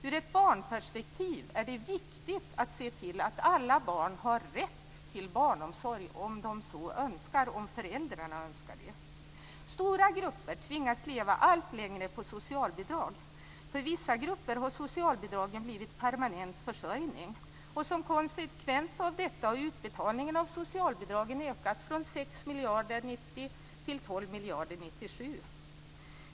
Ur ett barnperspektiv är det viktigt att se till att alla barn har rätt till barnomsorg om de så önskar - om föräldrarna önskar det. Stora grupper tvingas leva allt längre på socialbidrag. För vissa grupper har socialbidragen blivit permanent försörjning. Som konsekvens av detta har utbetalningen av socialbidrag ökat från 6 miljarder 1990 till 12 miljarder 1997.